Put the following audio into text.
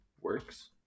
works